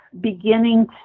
beginning